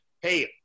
Hey